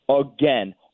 again